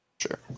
Sure